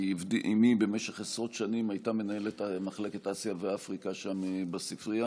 כי אימי הייתה במשך עשרות שנים מנהלת מחלקת אסיה ואפריקה שם בספרייה.